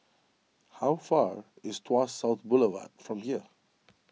how far is Tuas South Boulevard from here